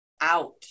out